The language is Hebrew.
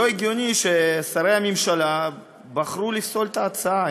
לא הגיוני ששרי הממשלה בחרו לפסול את ההצעה.